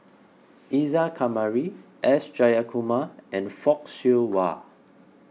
Isa Kamari S Jayakumar and Fock Siew Wah